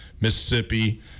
Mississippi